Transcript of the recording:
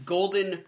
Golden